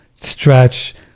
stretch